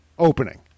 Opening